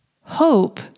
Hope